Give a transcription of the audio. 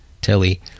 telly